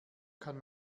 kann